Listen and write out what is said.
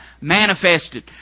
manifested